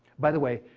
by the way,